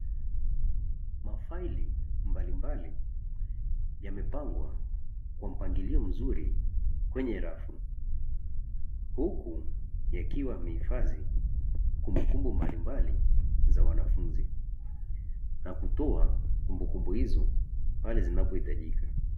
Mafaili mbalimbali yamepangwa kwa mpangilio mzuri kwenye rafu, huku yakiwa yamehifadhi kumbukumbu mbalimbali za wanafunzi na kutoa kumbukumbu hizo pale zinazohitajika.